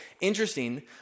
interesting